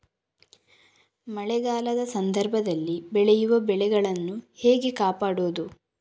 ಮಳೆಗಾಲದ ಸಂದರ್ಭದಲ್ಲಿ ಬೆಳೆಯುವ ಬೆಳೆಗಳನ್ನು ಹೇಗೆ ಕಾಪಾಡೋದು?